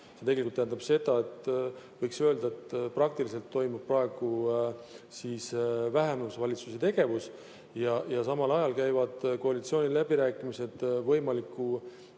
See tähendab seda, võiks öelda, et praktiliselt toimub praegu vähemusvalitsuse tegevus ja samal ajal käivad koalitsiooniläbirääkimised uue võimaliku